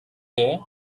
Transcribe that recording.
day